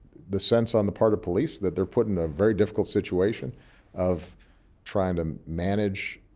the sense on the part of police that they're put in a very difficult situation of trying to manage